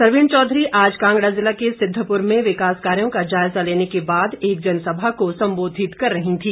सरवीण चौधरी आज कांगड़ा जिला के सिद्वपुर में विकास कार्यो का जायजा लेने के बाद एक जनसभा को संबोधित कर रही थी